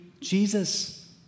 Jesus